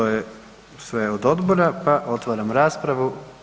To je sve od odbora pa otvaram raspravu.